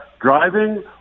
driving